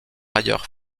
ailleurs